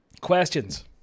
Questions